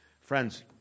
Friends